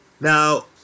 Now